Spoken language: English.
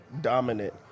dominant